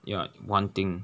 ya one thing